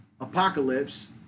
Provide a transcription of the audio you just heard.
apocalypse